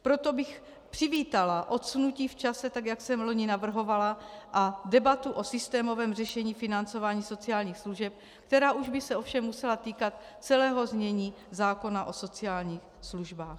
Proto bych přivítala odsunutí v čase tak, jak jsem loni navrhovala, a debatu o systémovém řešení financování sociálních služeb, která už by se ovšem musela týkat celého znění zákona o sociálních službách.